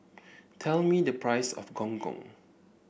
tell me the price of Gong Gong